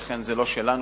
ולכן זה לא שלנו.